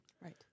right